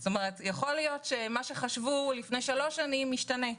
כלומר יכול להיות שמה שחשבו לפני שלוש שנים השתנה.